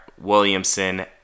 Williamson